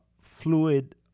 fluid